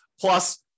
Plus